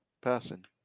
person